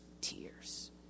tears